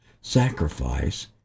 sacrifice